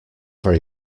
very